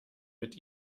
mit